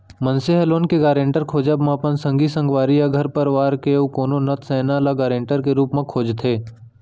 मनसे ह लोन के गारेंटर खोजब म अपन संगी संगवारी या घर परवार के अउ कोनो नत सैना ल गारंटर के रुप म खोजथे